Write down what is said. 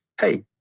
hey